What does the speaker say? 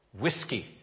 whiskey